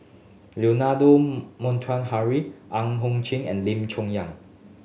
Leonard Montague Harrod Ang Hiong Chiok and Lim Chong Yah